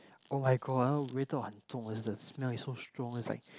oh-my-god 味道很重 is the smell is so strong is like